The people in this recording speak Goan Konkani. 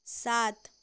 सात